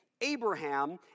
Abraham